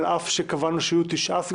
על אף שקבענו בהסכמים שיהיו תשעה סגנים,